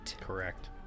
Correct